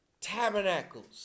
tabernacles